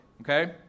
okay